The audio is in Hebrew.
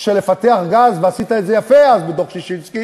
שלפתח גז, ועשית את זה יפה אז, בדוח ששינסקי,